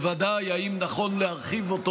בוודאי, האם נכון להרחיב אותו?